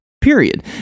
period